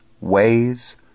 ways